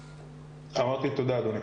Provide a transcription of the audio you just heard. תודה, אדוני.